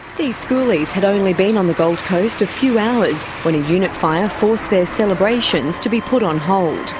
these schoolies had only been on the gold coast a few hours when a unit fire forced their celebrations to be put on hold.